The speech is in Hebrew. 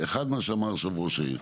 אחד מה שאמר ראש העיר,